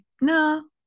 no